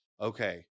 okay